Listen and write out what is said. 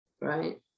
right